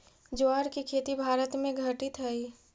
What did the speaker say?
ज्वार के खेती भारत में घटित हइ